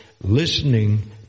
listening